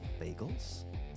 bagels